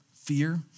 fear